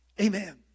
Amen